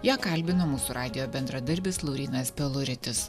ją kalbino mūsų radijo bendradarbis laurynas peluritis